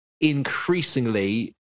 increasingly